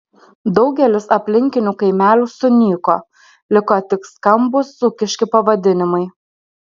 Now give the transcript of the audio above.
daugelis aplinkinių kaimelių sunyko liko tik skambūs dzūkiški pavadinimai